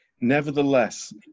Nevertheless